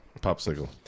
popsicle